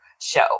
show